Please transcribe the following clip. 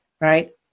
right